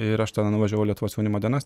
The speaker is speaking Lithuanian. ir aš tada nuvažiavau į lietuvos jaunimo dienas